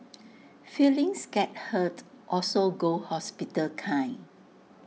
feelings get hurt also go hospital kind